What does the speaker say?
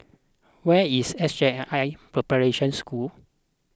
where is S J I I Preparation School